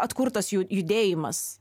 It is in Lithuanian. atkurtas jų judėjimas